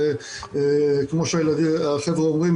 וכמו שהחבר'ה אומרים,